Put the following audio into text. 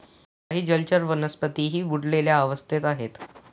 काही जलचर वनस्पतीही बुडलेल्या अवस्थेत आहेत